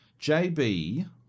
JB